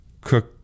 cook